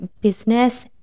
business